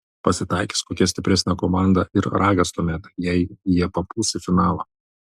pasitaikys kokia stipresnė komanda ir ragas tuomet jei jie papuls į finalą